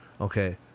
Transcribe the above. Okay